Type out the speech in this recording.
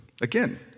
Again